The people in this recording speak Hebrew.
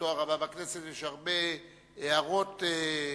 פעילותו הרבה בכנסת יש הרבה הערות שוליים